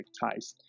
ties